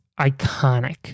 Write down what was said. iconic